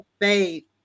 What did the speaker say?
faith